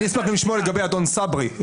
אני אשמח לשמוע לגבי אדון סברי.